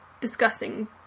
discussing